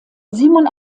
simon